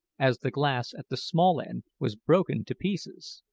as the glass at the small end was broken to pieces.